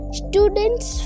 students